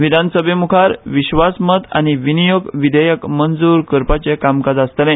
विधानसभेमुखार विश्वासमत आनी विनीयोग विधेयक मंजूर करपाचे कामकाज आसतले